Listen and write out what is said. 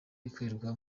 ikorerwa